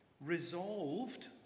resolved